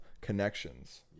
connections